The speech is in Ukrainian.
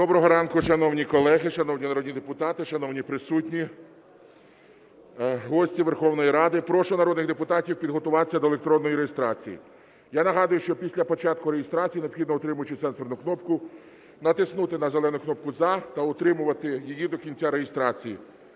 Доброго ранку, шановні колеги, шановні народні депутати, шановні присутні, гості Верховної Ради! Прошу народних депутатів підготуватися до електронної реєстрації. Я нагадую, що після початку реєстрації необхідно, утримуючи сенсорну кнопку, натиснути на зелену кнопку "За" та утримувати її до кінця реєстрації,